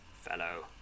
fellow